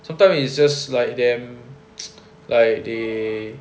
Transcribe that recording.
sometime it's just like them like they